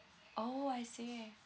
orh I see